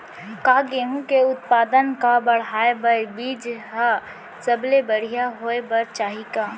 का गेहूँ के उत्पादन का बढ़ाये बर बीज ह सबले बढ़िया होय बर चाही का?